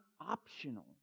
optional